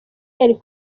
yari